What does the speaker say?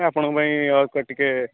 ଆପଣ ଙ୍କ ପାଇଁ ଅଳ୍ପ ଟିକେ